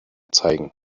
zeigen